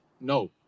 no